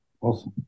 Awesome